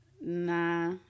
nah